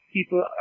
People